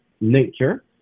nature